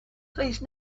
please